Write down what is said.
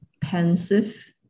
Pensive